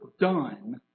done